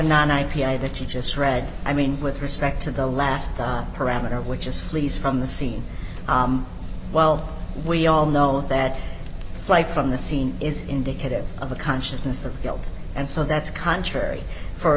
nine i p i that you just read i mean with respect to the last parameter which is flees from the scene well we all know that flight from the scene is indicative of a consciousness of guilt and so that's contrary for